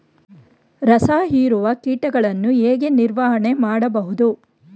ರಸ ಹೀರುವ ಕೀಟಗಳನ್ನು ಹೇಗೆ ನಿರ್ವಹಣೆ ಮಾಡಬಹುದು?